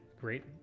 Great